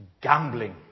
gambling